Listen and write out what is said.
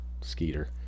Skeeter